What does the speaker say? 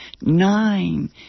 nine